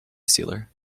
sealer